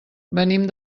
venim